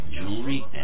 jewelry